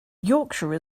yorkshire